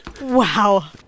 Wow